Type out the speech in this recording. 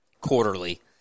quarterly